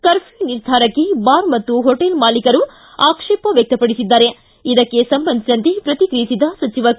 curfew ನಿರ್ಧಾರಕ್ಕೆ bar ಮತ್ತು hotel ಮಾಲೀಕರು ಆಕ್ಷೇಪ ವ್ಹಕ್ತಪಡಿಸಿರುವುದಕ್ಕೆ ಸಂಬಂಧಿಸಿದಂತೆ ಪ್ರತಿಕ್ರಿಯಿಸಿದ ಸಚಿವ ಕೆ